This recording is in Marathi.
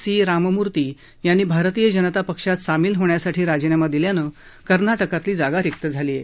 सी राममूर्ती यांनी भारतीय जनता पक्षात सामील होण्यासाठी राजीनामा दिल्यानं कर्नाटकातली जागा रिक्त झाली आहे